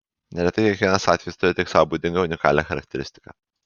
neretai kiekvienas atvejis turi tik sau būdingą unikalią charakteristiką